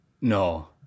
No